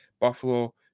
Buffalo